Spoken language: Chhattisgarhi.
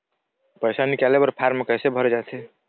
पैसा निकाले बर फार्म कैसे भरे जाथे?